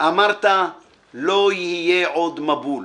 אמרת לא יהיה עוד מבול.